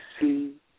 see